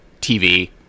tv